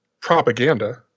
propaganda